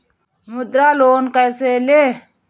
मुद्रा लोन कैसे ले?